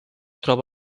troba